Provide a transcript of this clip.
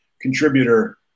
contributor